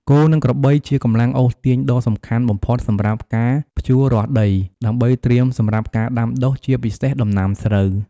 គោ និងក្របីជាកម្លាំងអូសទាញដ៏សំខាន់បំផុតសម្រាប់ក្នុងការ ភ្ជួររាស់ដី ដើម្បីត្រៀមសម្រាប់ការដាំដុះ ជាពិសេសដំណាំស្រូវ។